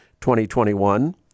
2021